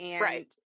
Right